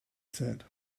said